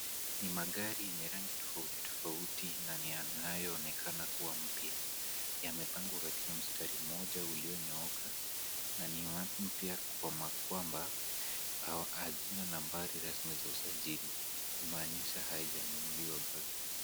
Ni magari yenye rangi tofauti tofauti na ni yanayoonekana kuwa mpya. Yamepangwa katika mstari mmoja ulionyooka na ni mpya kana kwamba au hazina nambari rasmi za usajili kumaanisha haijanunuliwa bado.